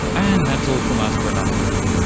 and that's all from us for another week.